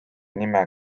nime